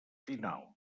final